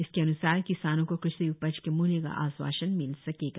इसके अन्सार किसानों को कृषि उपज के मूल्य का आश्वासन मिल सकेगा